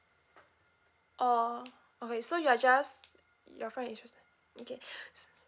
orh okay so you are just your friend okay